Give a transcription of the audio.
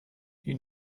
you